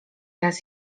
raz